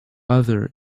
other